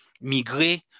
migrer